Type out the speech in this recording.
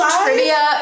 trivia